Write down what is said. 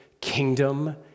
kingdom